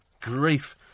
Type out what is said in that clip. grief